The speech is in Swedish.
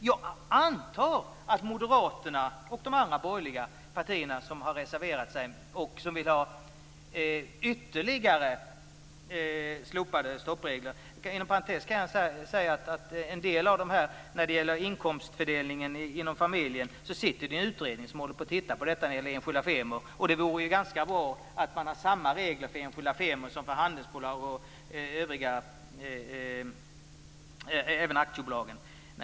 Jag antar att Moderaterna och de andra borgerliga partierna som har reserverat sig vill ha ytterligare slopade stoppregler. Inom parentes sagt finns det en utredning som ser över frågor om inkomstfördelning inom familjen och enskilda firmor. Det vore bra att ha samma regler för enskilda firmor som för handelsbolag och aktiebolag.